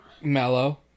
mellow